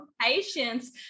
patience